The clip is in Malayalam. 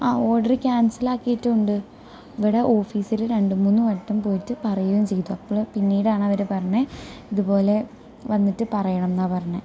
ആ ഓർഡർ ക്യാൻസലാക്കിയിട്ടുണ്ട് ഇവിടെ ഓഫീസില് രണ്ടുമൂന്നു വട്ടം പോയിട്ട് പറയുകയും ചെയ്തു അപ്പോഴ് പിന്നീടാണ് അവർ പറഞ്ഞത് ഇതുപോലെ വന്നിട്ട് പറയണമെന്നാണ് പറഞ്ഞത്